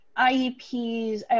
IEPs